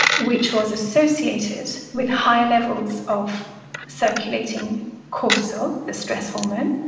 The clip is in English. which was associated with higher levels of circulating cortisol, the stress hormone.